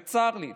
וצר לי,